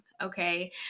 Okay